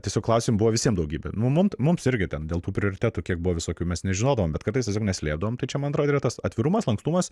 tiesiog klausimų buvo visiem daugybė nu mum mums irgi ten dėl tų prioritetų kiek buvo visokių mes nežinodavom bet kartais tiesiog neslėpdavom tai čia man atrodo yra tas atvirumas lankstumas